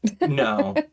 No